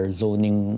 zoning